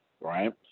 right